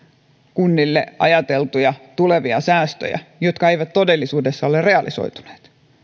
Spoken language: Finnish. kunnille ajateltuja tulevia säästöjä jotka eivät todellisuudessa ole realisoituneet